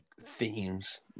themes